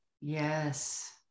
Yes